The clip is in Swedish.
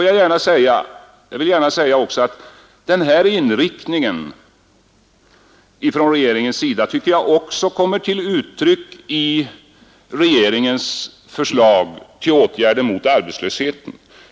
Jag vill också gärna säga att den här inriktningen från regeringens sida tycker jag kommer till uttryck även i regeringens förslag till åtgärder mot arbetslösheten.